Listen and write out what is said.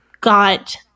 got